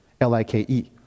L-I-K-E